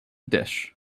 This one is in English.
dish